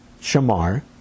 shamar